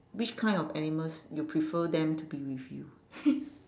which kind of animals you prefer them to be with you